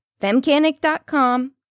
femcanic.com